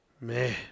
Man